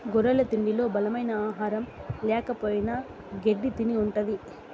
గొర్రెల తిండిలో బలమైన ఆహారం ల్యాకపోయిన గెడ్డి తిని ఉంటది